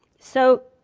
so,